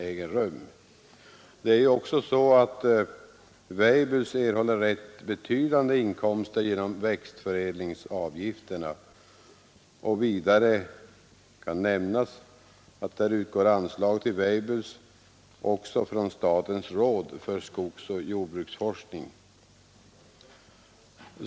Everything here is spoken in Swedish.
Weibulls erhåller rätt betydande inkomster genom växtförädlingsavgifterna, och vidare kan nämnas att anslag utgår till Weibull AB också från statens råd för skogsoch jordbruksforskning.